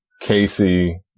Casey